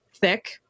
thick